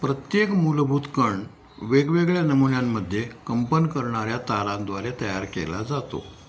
प्रत्येक मूलभूत कण वेगवेगळ्या नमुन्यांमध्ये कंपन करणाऱ्या तारांद्वारे तयार केला जातो